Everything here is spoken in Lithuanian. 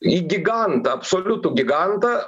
į gigantą absoliutų gigantą